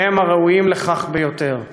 כי הם הראויים ביותר לכך.